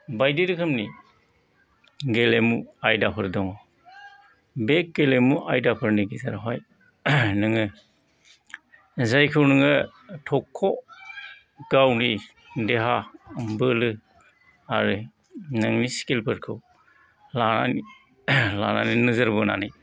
बायदि रोखोमनि गेलेमु आयदाफोर दङ बे गेलेमु आयदाफोरनि गेजेरावहाय नों जायखौ नों थख' गावनि देहा बोलो आरो नोंनि स्किलफोरखौ लानानै लानानै नोजोर बोनानै